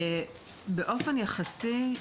באופן יחסי,